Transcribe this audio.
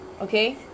okay